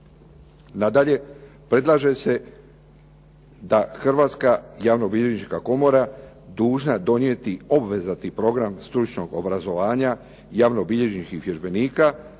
Nadalje, predlaže se da Hrvatska javnobilježnička komora dužna donijeti obvezatni program stručnog obrazovanja javnobilježničkih vježbenika,